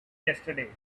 yesterday